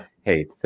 Hey